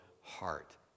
heart